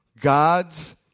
God's